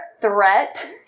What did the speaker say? threat